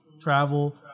travel